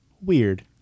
weird